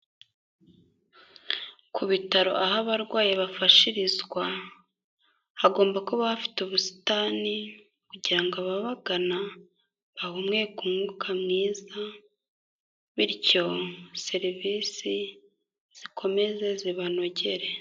Ku bitaro aho abarwayi bafashirizwa, hagomba kuba ha bafite ubusitani kugira ababagana bahumeke umwuka mwiza bityo serivisi zikomeze zibanogere.